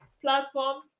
platform